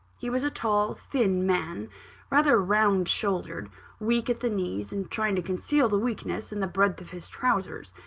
he was a tall, thin man rather round-shouldered weak at the knees, and trying to conceal the weakness in the breadth of his trowsers.